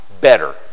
better